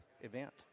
event